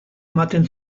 ematen